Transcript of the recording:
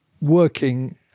working